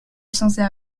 semblait